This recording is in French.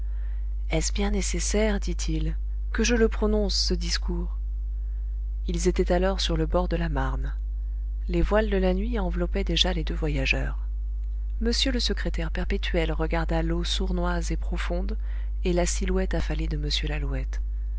est-ce bien nécessaire dit-il que je le prononce ce discours ils étaient alors sur le bord de la marne les voiles de la nuit enveloppaient déjà les deux voyageurs m le secrétaire perpétuel regarda l'eau sournoise et profonde et la silhouette affalée de m lalouette